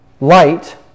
Light